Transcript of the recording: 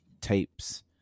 tapes